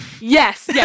yes